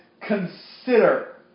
consider